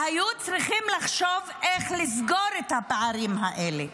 והיו צריכים לחשוב איך לסגור את הפערים האלה.